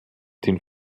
den